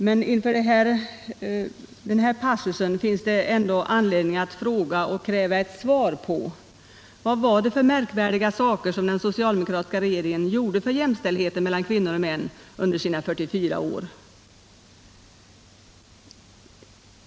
Nr 24 Men inför den här passusen finns det ändå anledning att fråga och Torsdagen den kräva ett svar. Vad var det för märkvärdiga saker som den socialde 10 november 1977 mokratiska regeringen gjorde för jämställdheten mellan kvinnor och män CL under sina 44 år?